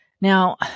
Now